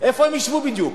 איפה הם ישבו בדיוק?